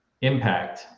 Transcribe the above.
impact